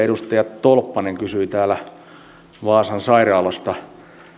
edustaja tolppanen kysyi täällä vaasan sairaalasta